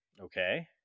Okay